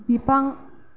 बिफां